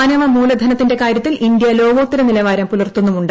മാനവ മൂലധനത്തിന്റെ കാര്യത്തിൽ ഇന്ത്യ ലോകോത്തര നിലവാരം പുലർത്തുന്നുമുണ്ട്